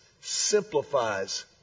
simplifies